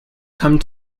come